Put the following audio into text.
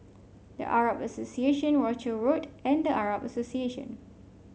The Arab Association Rochor Road and The Arab Association